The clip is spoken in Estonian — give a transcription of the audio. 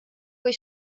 kui